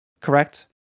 correct